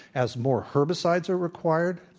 as more herbicides are required